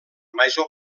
major